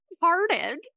hearted